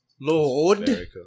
Lord